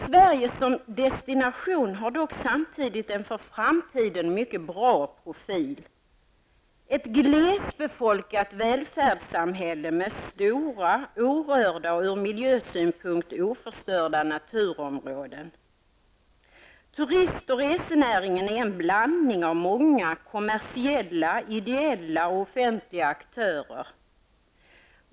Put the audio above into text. Sverige som destination har dock samtidigt en för framtiden bra profil -- ett glesbefolkat välfärdssamhälle med stora, orörda och ur miljösynpunkt oförstörda naturområden. Turist och resenäringen är en blandning av många kommersiella, ideella och offentliga aktörer.